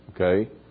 Okay